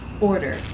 Order